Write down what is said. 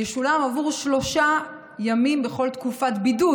והוא ישולם עבור שלושה ימים בכל תקופת בידוד.